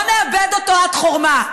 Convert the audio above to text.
לא נאבד אותו עד חורמה.